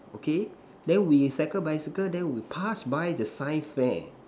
okay then we cycle bicycle then we pass by the science fair